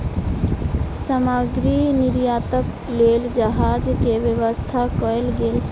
सामग्री निर्यातक लेल जहाज के व्यवस्था कयल गेल